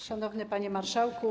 Szanowny Panie Marszałku!